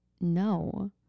no